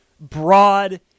broad